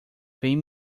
vem